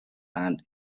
and